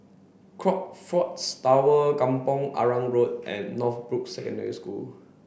Crockfords Tower Kampong Arang Road and Northbrooks Secondary School